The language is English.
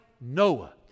Noah